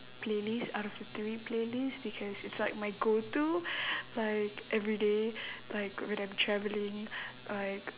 playlist out of the three playlist because it's like my go to like everyday like when I'm traveling like